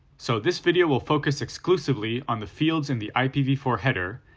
so, this video will focus exclusively on the fields in the i p v four header,